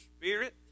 spirit